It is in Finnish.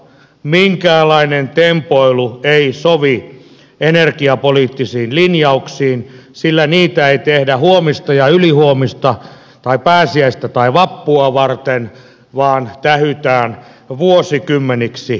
minkäänlainen tempoilu ei sovi energiapoliittisiin linjauksiin sillä niitä ei tehdä huomista ja ylihuomista tai pääsiäistä tai vappua varten vaan tähytään vuosikymmeniksi eteenpäin